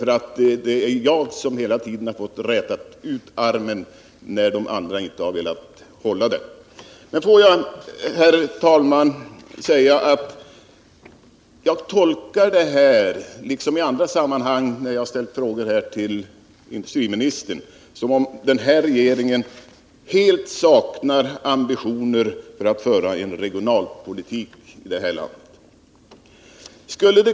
Men jag har ofta fått räta ut armen när andra inte har velat hålla den. Herr talman! Jag tolkar det nu, liksom i andra sammanhang när jag ställt frågor till industriministern, så att den här regeringen helt saknar ambitioner när det gäller att föra en regionalpolitik i vårt land.